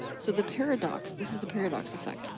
so the paradox, this is the paradox effect,